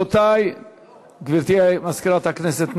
גברתי מזכירת הכנסת,